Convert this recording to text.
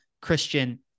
Christian